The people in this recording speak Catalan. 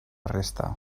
resta